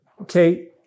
Okay